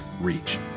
reach